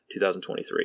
2023